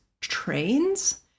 trains